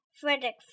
Frederick